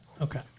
Okay